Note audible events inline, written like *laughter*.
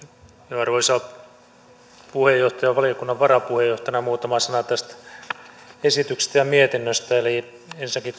arvoisa puheenjohtaja minulla on valiokunnan varapuheenjohtajana muutama sana tästä esityksestä ja mietinnöstä ensinnäkin *unintelligible*